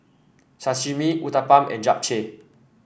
Sashimi Uthapam and Japchae